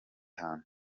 hantu